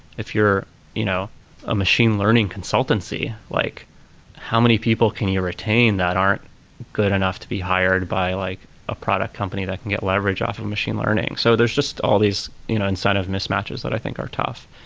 if you're you know a machine learning consultancy, like how many people can you retain that aren't good enough to be hired by like a product company that can get leverage off of machine learning? so there's just all these you know inside of mismatches that i think are tough.